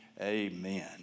Amen